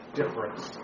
difference